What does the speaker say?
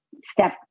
step